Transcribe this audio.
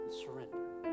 surrender